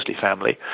family